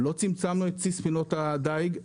לא צמצמנו את צי ספינות הדיג.